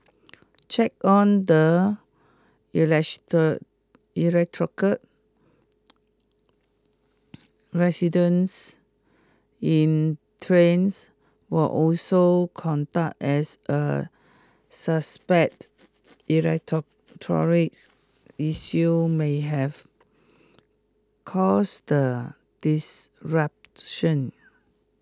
check on the electrical residence in trains were also conduct as a suspected issue may have caused the disruption